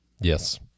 Yes